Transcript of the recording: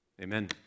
Amen